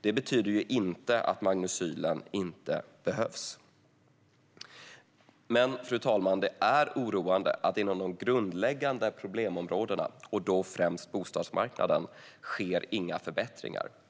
Det betyder inte att Magnecylen inte behövs. Fru talman! Det är emellertid oroande att det inom de grundläggande problemområdena, och då främst bostadsmarknaden, inte sker några förbättringar.